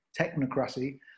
Technocracy